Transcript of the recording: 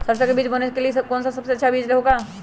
सरसो के बीज बोने के लिए कौन सबसे अच्छा बीज होगा?